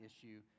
issue